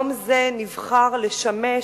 יום זה נבחר לשמש